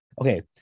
Okay